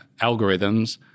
algorithms